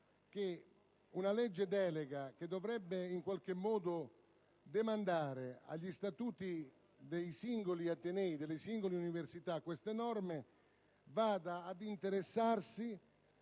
che una legge delega, che dovrebbe in qualche modo demandare queste norme agli statuti dei singoli atenei, delle singole università, vada ad interessarsi